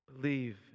Believe